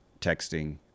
texting